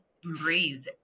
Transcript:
breathe